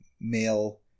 male